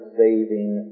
saving